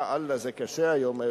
זה קשה היום.